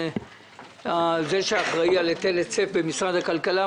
על זה שאחראי על היטל היצף במשרד הכלכלה.